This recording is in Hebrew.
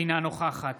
אינה נוכחת